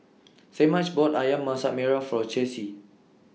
Semaj bought Ayam Masak Merah For Chessie